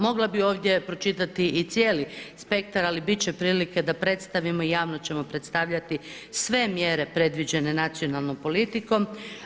Mogla bih ovdje pročitati i cijeli spektar, ali biti će prilike da predstavimo i javno ćemo predstavljati sve mjere predviđene nacionalnom politikom.